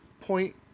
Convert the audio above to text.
point